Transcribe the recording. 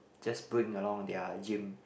just bring along their gym